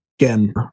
again